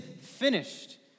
finished